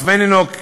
הליך זה כלל עיון,